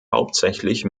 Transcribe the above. hauptsächlich